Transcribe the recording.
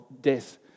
death